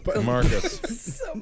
Marcus